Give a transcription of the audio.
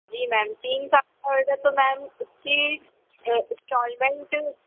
यह नाइन्टीन का होगा तो मैंम तो उसकी इन्स्टॉलमेंट